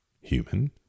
human